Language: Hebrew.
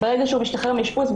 ברגע שהוא משתחרר מאשפוז,